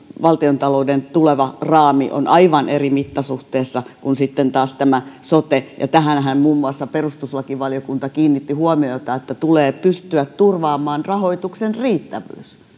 valtiontalouden tuleva raami on aivan eri mittasuhteessa kuin taas sote tähänhän muun muassa perustuslakivaliokunta kiinnitti huomiota että tulee pystyä turvaamaan rahoituksen riittävyys